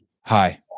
Hi